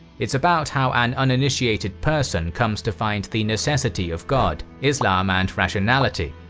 it's about how an uninitiated person comes to find the necessity of god, islam, and rationality.